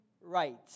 right